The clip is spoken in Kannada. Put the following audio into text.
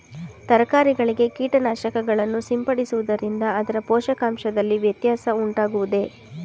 ತರಕಾರಿಗಳಿಗೆ ಕೀಟನಾಶಕಗಳನ್ನು ಸಿಂಪಡಿಸುವುದರಿಂದ ಅದರ ಪೋಷಕಾಂಶದಲ್ಲಿ ವ್ಯತ್ಯಾಸ ಉಂಟಾಗುವುದೇ?